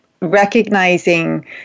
recognizing